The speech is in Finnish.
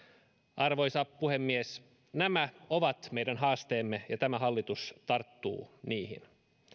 arvoisa puhemies nämä ovat meidän haasteemme ja tämä hallitus tarttuu niihin